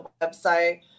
website